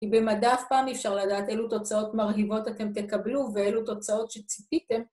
כי במדע אף פעם אי אפשר לדעת אילו תוצאות מרהיבות אתם תקבלו ואילו תוצאות שציפיתם.